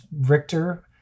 Richter